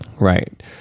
Right